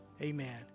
amen